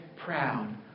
proud